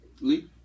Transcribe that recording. Lee